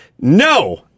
no